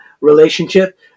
relationship